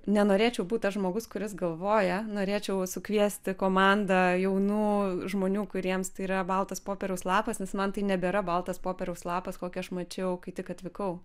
nenorėčiau būt tas žmogus kuris galvoja norėčiau sukviesti komandą jaunų žmonių kuriems tai yra baltas popieriaus lapas nes man tai nebėra baltas popieriaus lapas kokį aš mačiau kai tik atvykau